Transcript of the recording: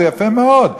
זה יפה מאוד.